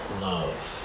love